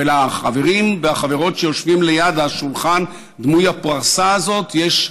ולחברים ולחברות שיושבים ליד השולחן דמוי הפרסה הזה יש,